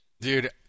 dude